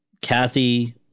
Kathy